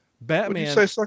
Batman